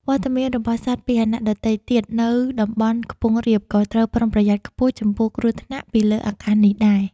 វត្តមានរបស់សត្វពាហនៈដទៃទៀតនៅតំបន់ខ្ពង់រាបក៏ត្រូវប្រុងប្រយ័ត្នខ្ពស់ចំពោះគ្រោះថ្នាក់ពីលើអាកាសនេះដែរ។